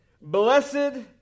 Blessed